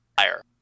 fire